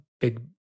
big